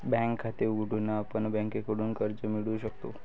bank खाते उघडून आपण बँकेकडून कर्ज मिळवू शकतो